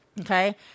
Okay